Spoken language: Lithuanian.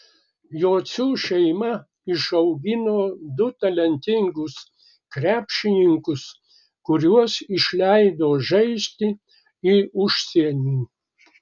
jocių šeima išaugino du talentingus krepšininkus kuriuos išleido žaisti į užsienį